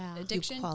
addiction